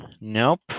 Nope